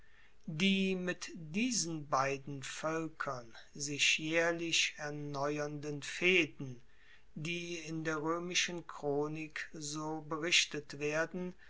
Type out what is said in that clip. die mit diesen beiden voelkern sich jaehrlich erneuernden fehden die in der roemischen chronik so berichtet werden